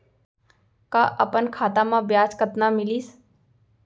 का अपन खाता म ब्याज कतना मिलिस मोला पता चल सकता है?